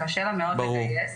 קשה לה מאוד לגייס,